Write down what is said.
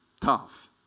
tough